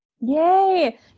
yay